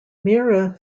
meera